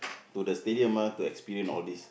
to the stadium ah to experience all these